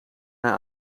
naar